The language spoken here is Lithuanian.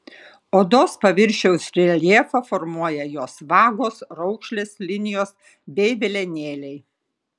odos paviršiaus reljefą formuoja jos vagos raukšlės linijos bei velenėliai